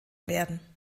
werden